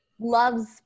loves